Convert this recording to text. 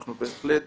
אנחנו בהחלט